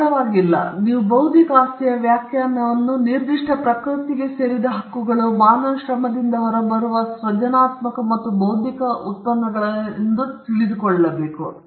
ಆದ್ದರಿಂದ ನಾವು ಬೌದ್ಧಿಕ ಆಸ್ತಿಯ ವ್ಯಾಖ್ಯಾನವನ್ನು ನಿರ್ದಿಷ್ಟ ಪ್ರಕೃತಿಗೆ ಸೇರಿದ ಹಕ್ಕುಗಳು ಮಾನವನ ಶ್ರಮದಿಂದ ಹೊರಬರುವ ಸೃಜನಾತ್ಮಕ ಮತ್ತು ಬೌದ್ಧಿಕ ಉತ್ಪನ್ನಗಳನ್ನು ರಕ್ಷಿಸುತ್ತದೆ ಅಥವಾ ನೀವು ಬೌದ್ಧಿಕ ಆಸ್ತಿಯನ್ನು ಬಲಪಡಿಸುವ ವಸ್ತುಗಳ ಪಟ್ಟಿಯನ್ನು ಹೊಂದಬಹುದು